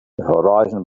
horizon